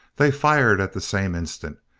they fired at the same instant,